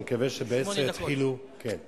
אני מקווה שב-22:00 יתחילו את